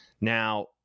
Now